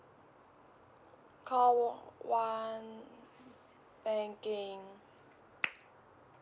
call one banking